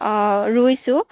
ৰুইছোঁ